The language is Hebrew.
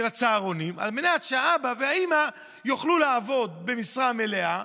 הצהרונים על מנת שהאבא והאימא יוכלו לעבוד במשרה מלאה,